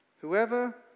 Whoever